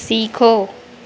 सीखो